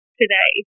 today